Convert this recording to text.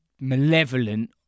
malevolent